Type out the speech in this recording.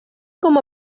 com